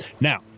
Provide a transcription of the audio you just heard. Now